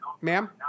Ma'am